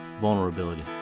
vulnerability